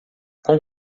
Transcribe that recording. com